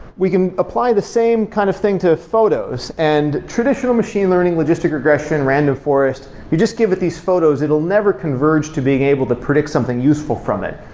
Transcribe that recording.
we can apply the same kind of thing to photos and traditional machine learning logistic regression, random forest, you just give it these photos, it'll never converge to being able to predict something useful from it.